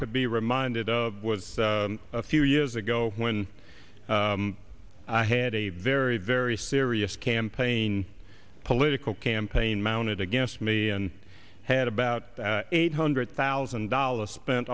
could be reminded of was a few years ago when i had a very very serious campaign political campaign mounted against me and had about eight hundred thousand dollars spent